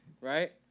right